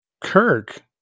Kirk